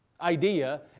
idea